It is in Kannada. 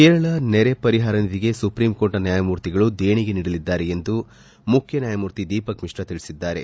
ಕೇರಳ ನೆರೆ ಪರಿಹಾರ ನಿಧಿಗೆ ಸುಪ್ರೀಂ ಕೋರ್ಟ್ನ ನ್ಯಾಯಮೂರ್ತಿಗಳು ದೇಣಿಗೆ ನೀಡಲಿದ್ದಾರೆ ಎಂದು ಮುಖ್ಯನ್ಯಾಯಮೂರ್ತಿ ದೀಪಕ್ ಮಿಶ್ರಾ ತಿಳಿಸಿದ್ದಾರೆ